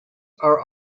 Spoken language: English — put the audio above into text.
are